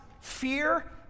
fear